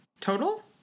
Total